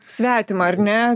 svetima ar ne